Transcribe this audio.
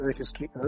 history